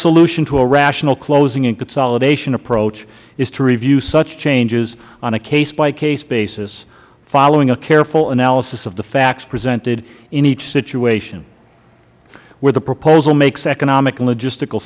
solution to a rational closing and consolidation approach is to review such changes on a case by case basis following a careful analysis of the facts presented in each situation where the proposal makes economic and logistical